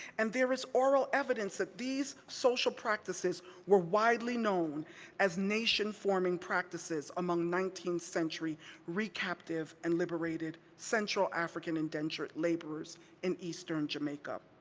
and there is oral evidence that these social practices were widely known as nation forming practices among nineteenth century recaptive and liberated central african indentured laborers in eastern jamaica.